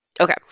Okay